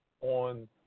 on